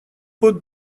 put